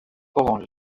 orange